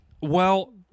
Well-